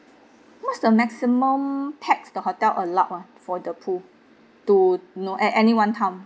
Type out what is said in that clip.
what's the maximum pax the hotel allowed ah for the pool to no at any one time